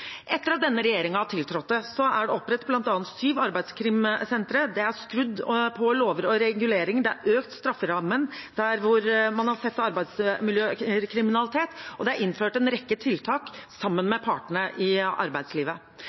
Etter at denne regjeringen tiltrådte, er det opprettet bl.a. syv arbeidskrimsentre, det er skrudd på lover og reguleringer, man har økt strafferammen der hvor man har sett arbeidsmiljøkriminalitet, og det er innført en rekke tiltak sammen med partene i arbeidslivet.